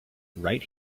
right